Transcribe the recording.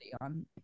on